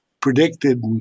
predicted